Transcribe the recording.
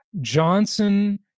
Johnson